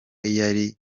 yari